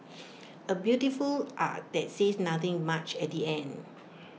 A beautiful Ad that says nothing much at the end